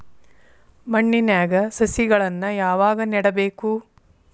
ಮಣ್ಣಿನ್ಯಾಗ್ ಸಸಿಗಳನ್ನ ಯಾವಾಗ ನೆಡಬೇಕು?